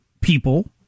people